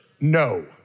No